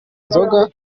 inzoga